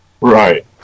Right